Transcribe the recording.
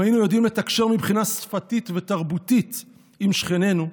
אם היינו יודעים לתקשר מבחינה שפתית ותרבותית עם שכנינו,